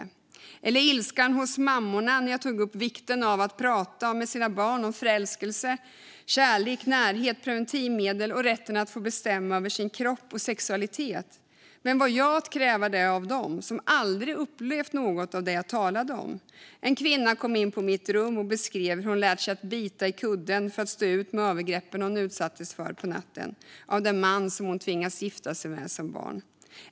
Jag tänker på ilskan hos mammorna när jag tog upp vikten av att prata med sina barn om förälskelse, kärlek, närhet, preventivmedel och rätten att få bestämma över sin kropp och sin sexualitet: Vem var jag att kräva det av dem, som aldrig upplevt något av det jag talade om? En kvinna kom in på mitt rum och beskrev hur hon hade lärt sig att bita i kudden för att stå ut med de övergrepp hon utsattes för på natten av den man som hon tvingats gifta sig med som barn.